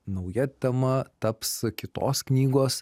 nauja tema taps kitos knygos